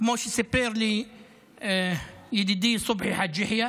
סיפר לי על כך ידידי סובחי חאג' יחיא